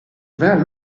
vient